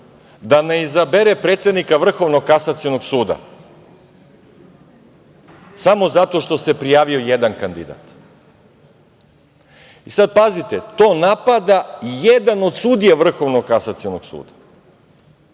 da ne izabere predsednika Vrhovnog kasacionog suda samo zato što se prijavio jedan kandidat. Pazite, to napada jedan od sudija Vrhovnog kasacionog suda. Da